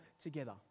together